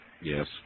Yes